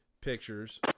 pictures